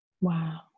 Wow